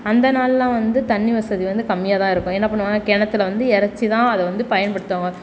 அந்த நாள்லெலாம் வந்து தண்ணி வசதி வந்து கம்மியாக தான் இருக்கும் என்ன பண்ணுவாங்க கிணத்துல வந்து எறச்சு தான் அதை வந்து பயன்படுத்துவாங்க